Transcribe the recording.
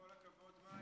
כל הכבוד, מאי.